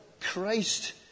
Christ